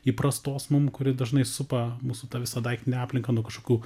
įprastos mum kuri dažnai supa mūsų visą daiktinę aplinką nuo kažkokių